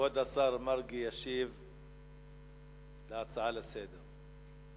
כבוד השר מרגי ישיב על ההצעה לסדר-היום.